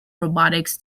robotics